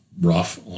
rough